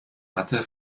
hatte